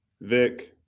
Vic